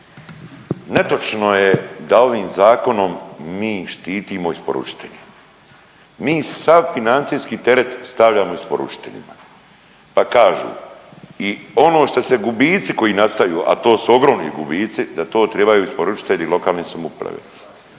Netočno je da ovim zakonom mi štitimo isporučitelje, mi sav financijski teret stavljamo isporučiteljima, pa kažu i ono šta su gubici koji nastaju, a to su ogromni gubici da to trebaju isporučitelji lokalne samouprave,